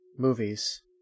Movies